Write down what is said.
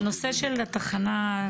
על הנושא של תחנת לוינשטיין, כן.